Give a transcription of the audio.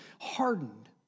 hardened